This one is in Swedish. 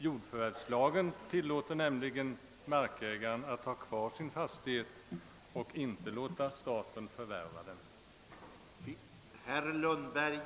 Jordförvärvslagen = tillåter nämligen markägaren om han så önskar att ha kvar sin fastighet och inte låta staten förvärva den.